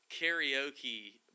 karaoke